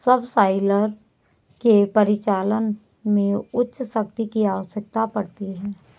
subsoiler के परिचालन में उच्च शक्ति की आवश्यकता पड़ती है